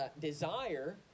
desire